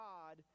God